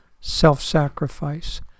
self-sacrifice